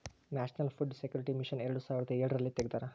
national food security mission ಎರಡು ಸಾವಿರದ ಎಳರಲ್ಲಿ ತೆಗ್ದಾರ